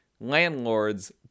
landlords